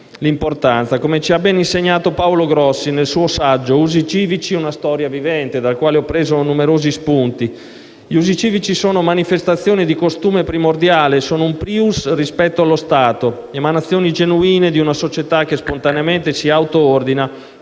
l'importanza: come ci ha ben insegnato Paolo Grossi nel suo saggio «Usi civici: una storia vivente», da cui ho tratto numerosi spunti, gli usi civici sono manifestazioni di un costume primordiale, sono un *prius* rispetto allo Stato, emanazioni genuine di una società che spontaneamente si auto-ordina